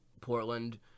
Portland